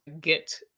get